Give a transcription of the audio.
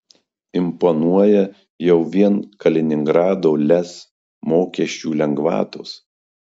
imponuoja jau vien kaliningrado lez mokesčių lengvatos